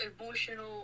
emotional